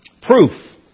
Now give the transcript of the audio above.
Proof